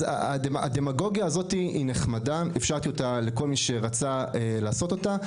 אז הדמגוגיה הזאת היא נחמדה ואפשרתי לכל מי שרצה לעשות אותה,